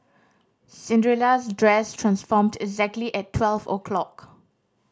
Cinderella's dress transformed exactly at twelve o'clock